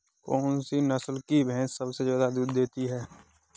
कौन सी नस्ल की भैंस सबसे ज्यादा दूध देती है?